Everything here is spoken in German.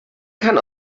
kann